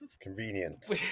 convenient